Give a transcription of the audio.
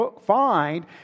find